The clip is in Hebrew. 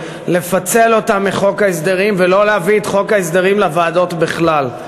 לפצל אותם מחוק ההסדרים ולא להביא את חוק ההסדרים לוועדות בכלל.